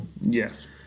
Yes